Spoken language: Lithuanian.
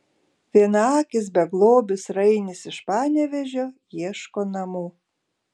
vienaakis beglobis rainis iš panevėžio ieško namų